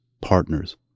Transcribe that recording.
partners